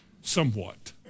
Somewhat